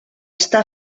està